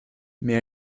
mais